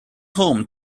home